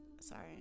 sorry